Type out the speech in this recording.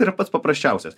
tai yra pats paprasčiausias